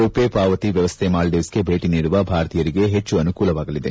RuPay ಪಾವತಿ ವ್ಯವಸ್ಥೆ ಮಾಲ್ವೀವ್ಗೆಗೆ ಭೇಟಿ ನೀಡುವ ಭಾರತೀಯರಿಗೆ ಹೆಚ್ಚು ಅನುಕೂಲವಾಗಲಿದೆ